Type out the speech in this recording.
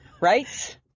Right